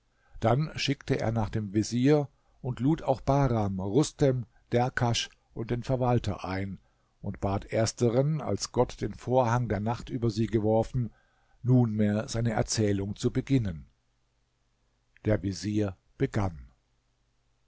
dann schickte er nach dem vezier und lud auch bahram rustem derkasch und den verwalter ein und bat ersteren als gott den vorhang der nacht über sie geworfen nunmehr seine erzählung zu beginnen der vezier begann